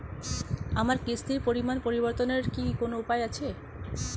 আমার কিস্তির পরিমাণ পরিবর্তনের কি কোনো উপায় আছে?